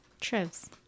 Trivs